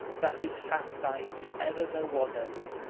that is fast dye if ever there was any.